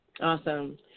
Awesome